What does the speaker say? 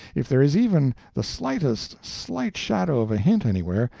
if there is even the slightest slight shadow of a hint anywhere,